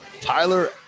Tyler